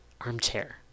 armchair